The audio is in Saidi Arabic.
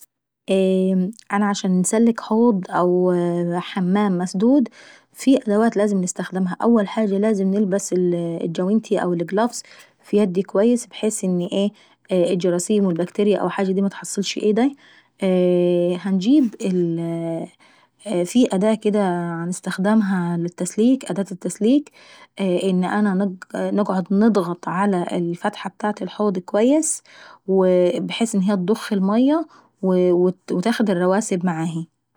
أنا عشان انسكل حوض او حمام مسدود في أدوات لازم نستخجمهي. اول حاجة لازم نلبس الجوانتي او القلافز في يدي اكويس ابحيث ان الجراثيم والبكتيريا متحصلشي ايداي.. وفي أداة كدا عنستخدماه للتسليك وهي أداة التسليك، ان انا نقعد نضغط على الفتحة ابتاعة الحوض اويس ابحيث ان هي اتضوخ المية وتاخد الرواسب معاهي.